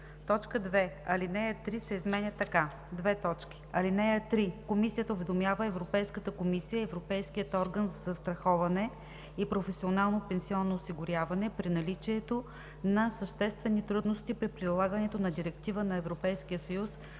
2. Алинея 3 се изменя така: „(3) Комисията уведомява Европейската комисия и Европейския орган за застраховане и професионално пенсионно осигуряване при наличието на съществени трудности при прилагането на Директива (ЕС)